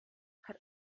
hat